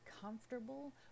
comfortable